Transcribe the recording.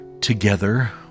together